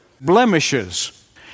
blemishes